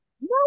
No